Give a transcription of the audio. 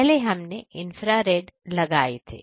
पहले हमने इंफ्रारेड लगाए थे